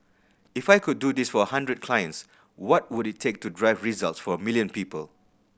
if I could do this for a hundred clients what would it take to drive results for a million people